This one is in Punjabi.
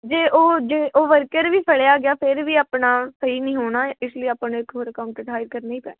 ਜੇ ਉਹ ਜੇ ਉਹ ਵਰਕਰ ਵੀ ਫੜਿਆ ਗਿਆ ਫਿਰ ਵੀ ਆਪਣਾ ਸਹੀ ਨਹੀਂ ਹੋਣਾ ਇਸ ਲਈ ਆਪਾਂ ਨੂੰ ਇੱਕ ਹੋਰ ਅਕਾਊਂਟੈਂਟ ਹਾਇਰ ਕਰਨਾ ਹੀ ਪੈਣਾ